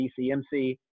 DCMC